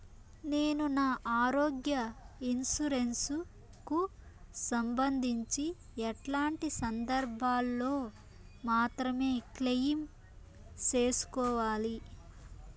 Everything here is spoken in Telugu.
నేను నా ఆరోగ్య ఇన్సూరెన్సు కు సంబంధించి ఎట్లాంటి సందర్భాల్లో మాత్రమే క్లెయిమ్ సేసుకోవాలి?